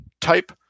type